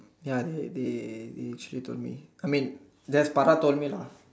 ya they they they actually told me I mean that's Farah told me lah